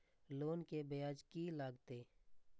Loan के ब्याज की लागते?